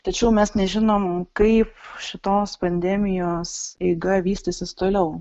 tačiau mes nežinom kaip šitos pandemijos eiga vystysis toliau